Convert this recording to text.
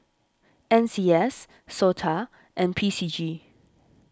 N C S Sota and P C G